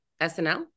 SNL